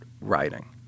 writing